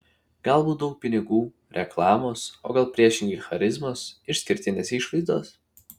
galbūt daug pinigų reklamos o gal priešingai charizmos išskirtinės išvaizdos